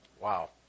Wow